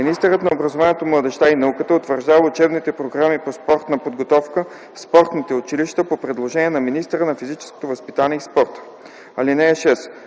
Министърът на образованието, младежта и науката утвърждава учебните програми по спортна подготовка в спортните училища по предложение на министъра на физическото възпитание и спорта. (6)